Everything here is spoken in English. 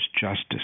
justice